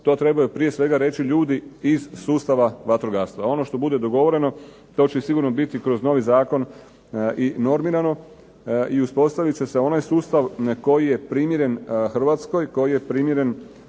to trebaju prije svega reći ljudi iz sustava vatrogastva. Ono što bude dogovoreno to će sigurno biti kroz novi zakon i normirano i uspostaviti će se onaj sustav koji je primjeren Hrvatskoj, koji je primjeren